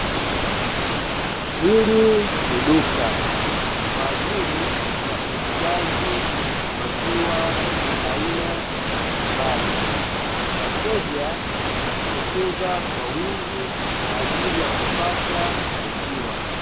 Hili ni duka kwa ajili ya uuzaji wa maziwa aina mbalimbali. Wateja wamejitokeza kwa wingi kwa ajili ya kupata maziwa.